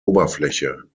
oberfläche